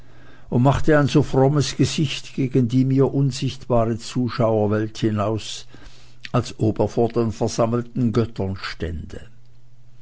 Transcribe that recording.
und machte ein so frommes gesicht gegen die mir unsichtbare zuschauerwelt hinaus als ob er vor den versammelten göttern stände